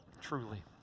truly